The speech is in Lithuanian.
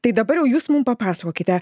tai dabar jau jūs mum papasakokite